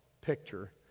picture